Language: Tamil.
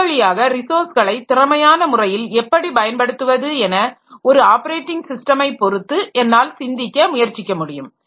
இவ்வழியாக ரிசோர்ஸ்களை திறமையான முறையில் எப்படி பயன்படுத்துவது என ஒரு ஆப்பரேட்டிங் ஸிஸ்டமைப் பொறுத்து என்னால் சிந்திக்க முயற்சிக்க முடியும்